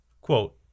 Quote